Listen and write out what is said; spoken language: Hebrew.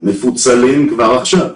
מפוצלים כבר עכשיו.